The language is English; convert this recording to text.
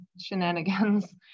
shenanigans